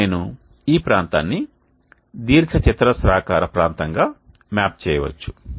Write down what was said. ఇప్పుడు నేను ఈ ప్రాంతాన్ని దీర్ఘచతురస్రాకార ప్రాంతంగా మ్యాప్ చేయవచ్చు